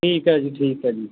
ਠੀਕ ਹੈ ਜੀ ਠੀਕ ਹੈ ਜੀ